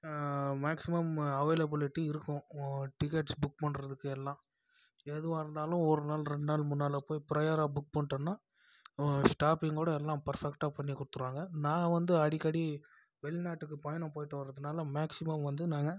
maximum availability இருக்கும் tickets book பண்ணுறதுக்கு எல்லாம் எதுவாக இருந்தாலும் ஒரு நாள் ரெண்டு நாள் முன்னால் போய் ப்ரையராக புக் பண்ணிடோனா ஸ்டாப்பிங்கோடு எல்லாம் பர்ஃபக்ட்டாக பண்ணி கொடுத்துடுவாங்க நான் வந்து அடிக்கடி வெளிநாட்டுக்கு பயணம் போய்விட்டு வர்றதுனால் மேக்சிமம் வந்து நாங்கள்